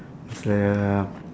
it's like uh